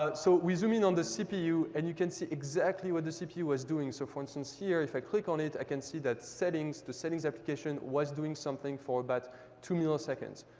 ah so we zoom in on the cpu, and you can see exactly what the cpu is doing. so, for instance, here, if i click on it, i can see that settings, the settings application was doing something for about but two milliseconds.